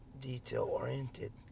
detail-oriented